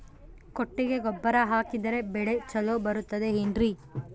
ಕೊಟ್ಟಿಗೆ ಗೊಬ್ಬರ ಹಾಕಿದರೆ ಬೆಳೆ ಚೊಲೊ ಬರುತ್ತದೆ ಏನ್ರಿ?